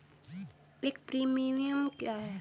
एक प्रीमियम क्या है?